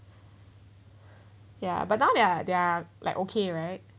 ya but now there are there are like okay right